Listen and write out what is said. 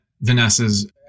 Vanessa's